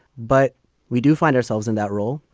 but we do find ourselves in that role